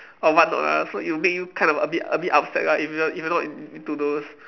or what not ah so it'll make you kind of a bit a bit upset lah if you are if you are not in~ into those